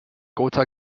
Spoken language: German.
gotha